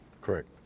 Correct